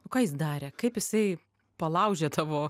o ką jis darė kaip jisai palaužė tavo